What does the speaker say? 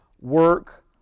work